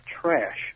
trash